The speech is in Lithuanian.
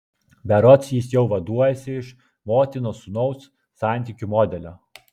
berods jis jau vaduojasi iš motinos sūnaus santykių modelio